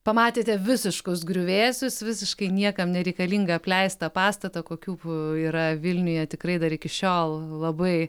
pamatėte visiškus griuvėsius visiškai niekam nereikalingą apleistą pastatą kokių yra vilniuje tikrai dar iki šiol labai